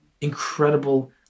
incredible